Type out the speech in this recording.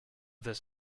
this